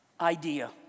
idea